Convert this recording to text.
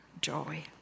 joy